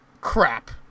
crap